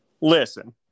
Listen